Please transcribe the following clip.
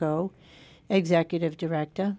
o executive director